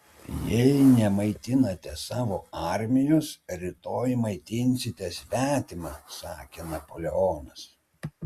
jei nemaitinate savo armijos rytoj maitinsite svetimą sakė napoleonas